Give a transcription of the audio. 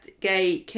gay